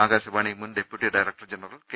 ആകാശവാണി മുൻ deputy director general K